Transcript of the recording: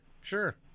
sure